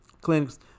clinics